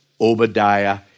Obadiah